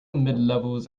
midlevels